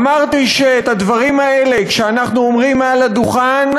אמרתי שאת הדברים האלה שאנחנו אומרים מעל הדוכן,